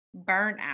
burnout